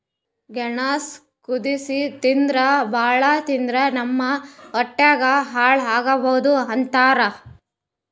ಗೆಣಸ್ ಕುದಸಿ ತಿಂತಾರ್ ಭಾಳ್ ತಿಂದ್ರ್ ನಮ್ ಹೊಟ್ಯಾಗ್ ಹಳ್ಳಾ ಆಗಬಹುದ್ ಅಂತಾರ್